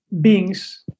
beings